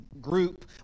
group